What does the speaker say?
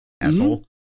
Asshole